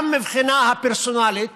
מהבחינה הפרסונלית